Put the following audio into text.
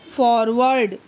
forward